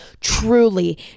truly